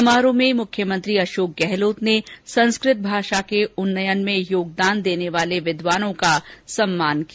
समारोह में मुख्यमंत्री अशोक गहलोत ने संस्कृत भाषा के उन्नयन के लिए योगदान देने वाले विद्वानों का सम्मान किया